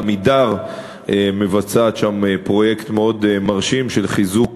"עמידר" מבצעת שם פרויקט מאוד מרשים של חיזוק